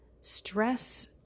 stress